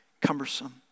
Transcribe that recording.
cumbersome